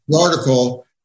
article